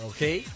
Okay